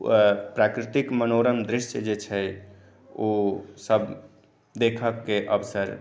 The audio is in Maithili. प्राकृतिक मनोरम दृश्य जेछै ओसभ देखऽके अवसर